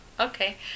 Okay